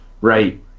right